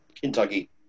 Kentucky